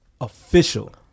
official